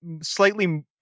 slightly